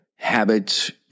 Habits